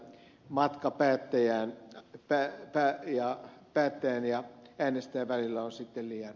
siellä matka päättäjän ja äänestäjän välillä on liian pitkä